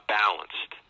balanced